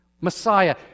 Messiah